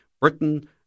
Britain